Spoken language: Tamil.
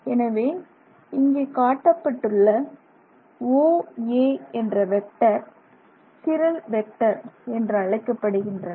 எனவே இங்கே காட்டப்பட்டுள்ள OA என்ற வெக்டர் சிரல் வெக்டர் என்றழைக்கப்படுகின்றன